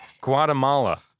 Guatemala